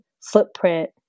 footprint